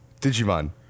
Digimon